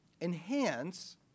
enhance